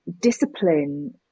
discipline